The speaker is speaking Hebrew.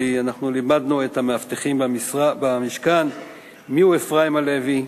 כי אנחנו לימדנו את המאבטחים במשכן מיהו אפרים הלוי,